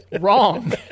Wrong